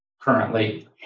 currently